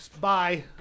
bye